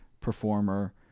performer